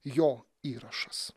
jo įrašas